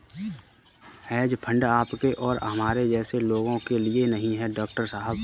hedge fund आपके और हमारे जैसे लोगों के लिए नहीं है, डॉक्टर साहब